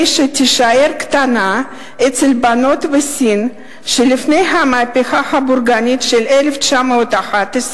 שתישאר קטנה אצל בנות בסין שלפני המהפכה הבורגנית של 1911,